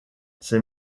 ces